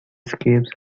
escapes